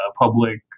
public